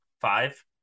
five